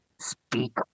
speak